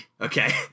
okay